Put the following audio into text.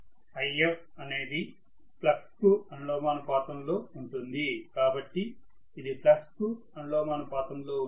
If అనేది flux కు అనులోమానుపాతం లో ఉంటుంది కాబట్టి ఇది ఫ్లక్స్ కు అనులోమానుపాతంలో ఉంటుంది